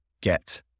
get